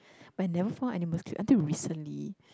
but I never found animal cute until recently